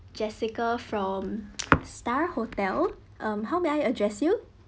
jessica from star hotel um how may I address you